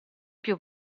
più